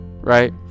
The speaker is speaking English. right